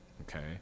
okay